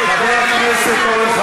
אוי,